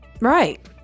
Right